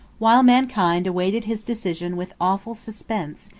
while mankind awaited his decision with awful suspense,